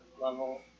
level